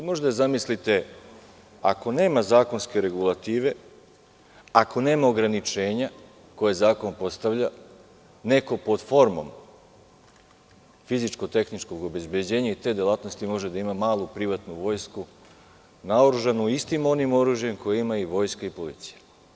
Možete da zamislite situaciju – ako nema zakonske regulative, ako nema ograničenja koje zakon postavlja, neko pod formom fizičko-tehničkog obezbeđenja i te delatnosti može da ima malu privatnu vojsku, naoružanu istim onim oružjem koje ima i vojska i policija.